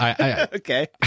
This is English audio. Okay